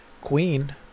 queen